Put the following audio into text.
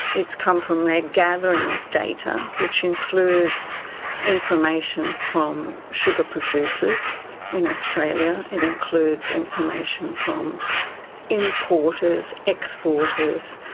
it's come from their gathering of data, which includes information from sugar producers in australia, it includes information from importers, exporters.